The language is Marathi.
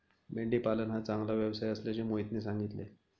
मेंढी पालन हा चांगला व्यवसाय असल्याचे मोहितने सांगितले